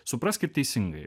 supraskit teisingai